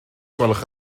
gwelwch